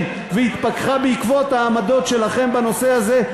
והתפכחה בעקבות העמדות שלכם בנושא הזה,